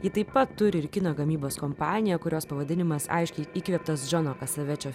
ji taip pat turi ir kino gamybos kompaniją kurios pavadinimas aiškiai įkvėptas džono kasavečio